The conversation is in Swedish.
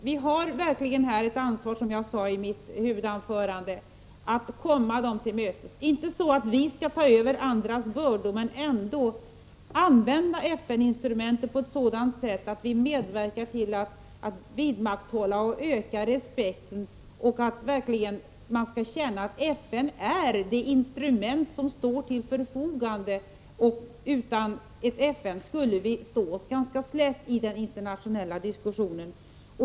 Vi har verkligen här ett ansvar, som jag sade i mitt huvudanförande, för att komma dem till mötes — inte så att vi skall ta över andras bördor men så, att vi skall använda FN-instrumentet på ett sådant sätt att vi medverkar till att vidmakthålla och öka dess respekt för att man skall känna att FN är det instrument som står till förfogande och inse att utan FN skulle man stå sig ganska slätt i den internationella situationen.